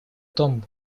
том